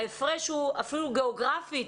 ההפרש אפילו גיאוגרפית